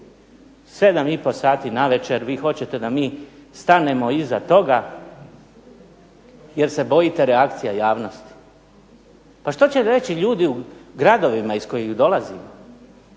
pol sati navečer, vi hoćete da mi stanemo iza toga jer se bojite reakcija javnosti. Pa što će reći ljudi u gradovima iz kojih dolazimo?